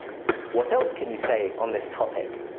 what else can you say on this topic?